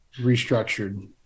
restructured